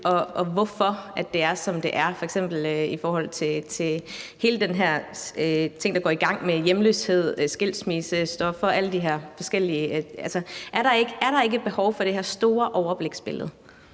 og hvorfor det er, som det er, f.eks. i forhold til alt det her med hjemløshed, skilsmisse, stoffer og alle de her forskellige ting. Altså, er der ikke et behov for det her store overbliks?